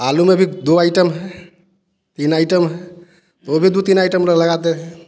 आलू में भी दो आइटम हैं तीन आइटम हैं वो भी दो तीन लगाते हैं